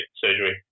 surgery